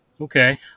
okay